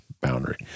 boundary